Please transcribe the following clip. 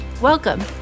Welcome